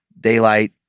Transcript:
daylight